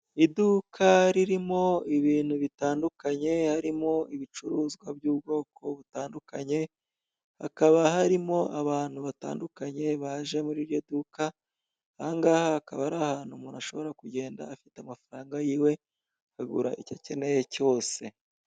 Iduka ririmo ibintu bitandukanye harimo ibicuruzwa by'ubwoko butandukanye, hakaba harimo abantu batandukanye baje muri iryo duka. Ahangaha hakaba ari ahantu umuntu ashobora kugenda afite amafaranga yiwe, akagura icyo akeneye cyose.